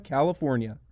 California